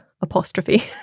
Apostrophe